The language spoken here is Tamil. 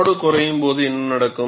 லோடு குறையும் போது என்ன நடக்கும்